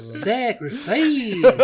Sacrifice